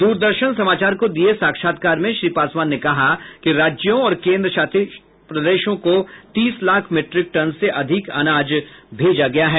द्रदर्शन समाचार को दिये साक्षात्कार में श्री पासवान ने कहा कि राज्यों और केंद्रशासित प्रदेशों को तीस लाख मीट्रिक टन से अधिक अनाज भेजा गया है